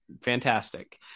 Fantastic